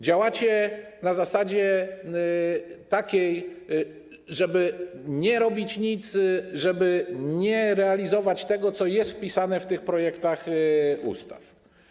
Działacie na takiej zasadzie, żeby nie robić nic, żeby nie realizować tego, co jest wpisane w tych projektach ustaw.